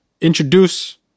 introduce